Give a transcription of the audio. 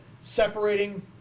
separating